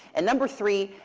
and number three,